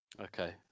okay